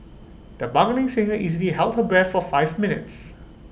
the bugling singer easily held her breath for five minutes